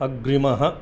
अग्रिमः